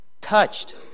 touched